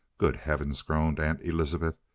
good heavens! groaned aunt elizabeth.